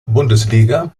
bundesliga